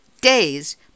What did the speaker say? days